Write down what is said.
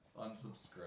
Unsubscribe